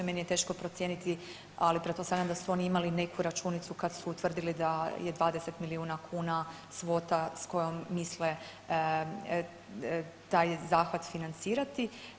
Meni je teško procijeniti, ali pretpostavljam da su oni imali neku računicu kad su utvrdili da je 20 milijuna kuna svota s kojom misle taj zahvat financirati.